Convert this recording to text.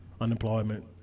Unemployment